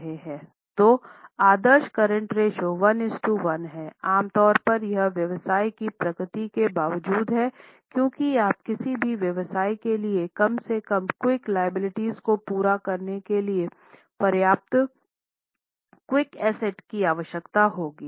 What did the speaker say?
तो आदर्श current ratio 11 है आम तौर पर यह व्यवसाय की प्रकृति के बावजूद है क्योंकि आप किसी भी व्यवसाय के लिए कम से कम क्विक लायबिलिटी को पूरा करने के लिए पर्याप्त क्विक एसेट की आवश्यकता होगी